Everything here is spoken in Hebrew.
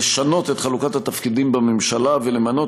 לשנות את חלוקת התפקידים בממשלה ולמנות